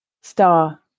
Star